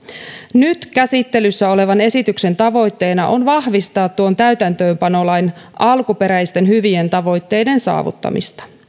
nyt käsittelyssä olevan esityksen tavoitteena on vahvistaa tuon täytäntöönpanolain alkuperäisten hyvien tavoitteiden saavuttamista